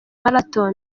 marathon